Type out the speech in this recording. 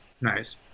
Nice